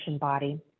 body